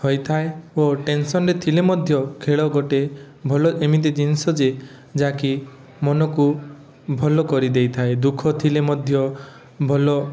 ହୋଇଥାଏ ଓ ଟେନସନରେ ଥିଲେ ମଧ୍ୟ ଖେଳ ଗୋଟେ ଭଲ ଏମିତି ଜିନିଷ ଯେ ଯାହାକି ମନକୁ ଭଲ କରି ଦେଇଥାଏ ଦୁଃଖ ଥିଲେ ମଧ୍ୟ ଭଲ